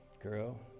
Girl